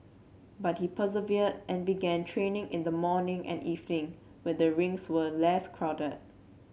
but he persevered and began training in the morning and evening when the rinks were less crowded